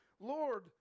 Lord